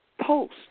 post